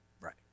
Right